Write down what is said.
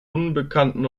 unbekannten